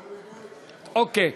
אוקיי.